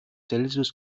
celsius